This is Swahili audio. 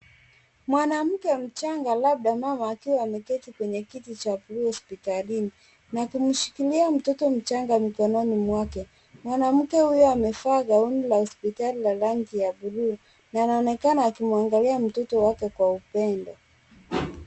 Mwanamke mchanga labda mama akiwa ameketi kwenye kiti cha buluu hospitalini na kumshikilia mtoto mchanga mikononi mwake. Mwanamke huyo amevaa gauni la hospitali la rangi ya buluu na anaonekana akimwangalia mtoto wake kwa upendo.